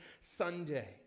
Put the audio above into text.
Sunday